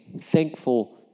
thankful